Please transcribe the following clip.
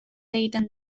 egiten